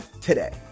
today